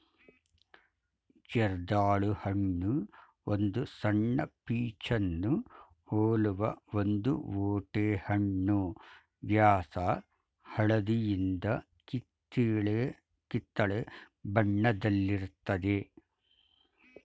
ಜರ್ದಾಳು ಹಣ್ಣು ಒಂದು ಸಣ್ಣ ಪೀಚನ್ನು ಹೋಲುವ ಒಂದು ಓಟೆಹಣ್ಣು ವ್ಯಾಸ ಹಳದಿಯಿಂದ ಕಿತ್ತಳೆ ಬಣ್ಣದಲ್ಲಿರ್ತದೆ